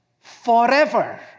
forever